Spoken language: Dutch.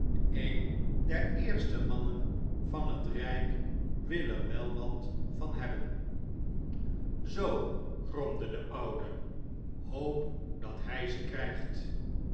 een der eerste mannen van het rijk wil er wat van hebben zoo gromde de oude hoop dat hij ze krijgt